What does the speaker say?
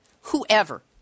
whoever